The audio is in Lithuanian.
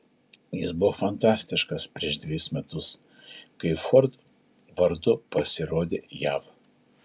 jis buvo fantastiškas prieš dvejus metus kai ford vardu pasirodė jav